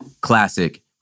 Classic